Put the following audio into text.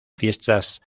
fiestas